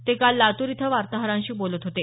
ते काल लातूर इथं वार्ताहरांशी बोलत होते